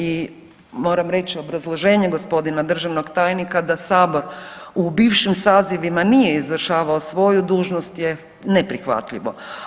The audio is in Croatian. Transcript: I moram reći u obrazloženju gospodina državnog tajnika, da Sabor u bivšim sazivima nije izvršavao svoju dužnost je neprihvatljivo.